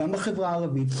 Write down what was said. גם בחברה הערבית,